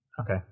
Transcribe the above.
okay